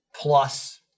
plus